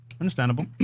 understandable